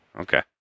Okay